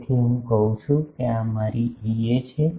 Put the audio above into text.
તેથી હું કહું છું કે આ મારી EA છે